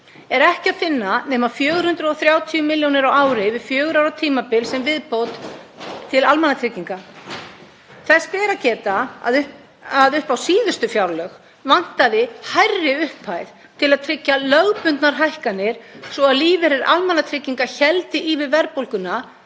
er ekki að finna nema 430 millj. kr. á ári yfir fjögurra ára tímabil sem viðbót til almannatrygginga. Þess ber að geta að upp á síðustu fjárlög vantaði hærri upphæð til að tryggja lögbundnar hækkanir svo að lífeyrir almannatrygginga héldi í við verðbólguna,